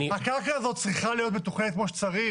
הקרקע הזאת צריכה להיות מתוכננת כמו שצריך.